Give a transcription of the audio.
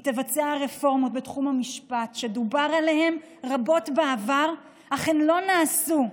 היא תבצע רפורמות בתחום המשפט שדובר עליהן רבות בעבר אך הן לא נעשו,